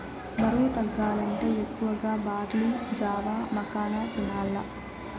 బరువు తగ్గాలంటే ఎక్కువగా బార్లీ జావ, మకాన తినాల్ల